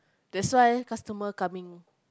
that's why customer coming